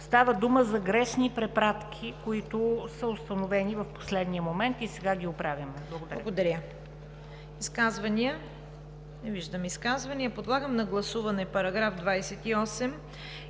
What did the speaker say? става дума за грешни препратки, които са установени в последния момент и сега ги оправяме. Благодаря.